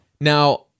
Now